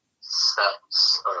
steps